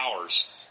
hours